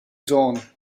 dawn